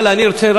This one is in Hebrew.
אבל אני רוצה,